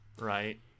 right